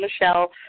Michelle